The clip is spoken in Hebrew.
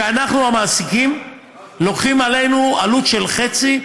ואנחנו המעסיקים לוקחים עלינו עלות של חצי,